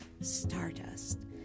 stardust